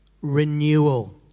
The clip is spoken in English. renewal